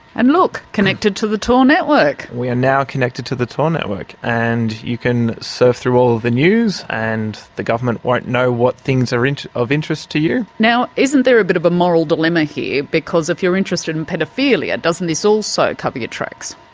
and look! connected to the tor network. we are now connected to the tor network. and you can surf through all of the news and the government won't know what things are of interest to you. now, isn't there a bit of a moral dilemma here, because if you're interested in paedophilia, doesn't this also cover your tracks?